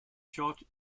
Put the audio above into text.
shot